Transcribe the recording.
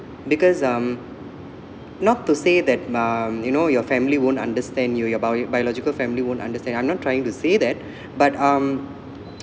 because um not to say that um you know your family won't understand you your bio biological family won't understand I'm not trying to say that but um